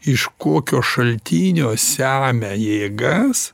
iš kokio šaltinio semia jėgas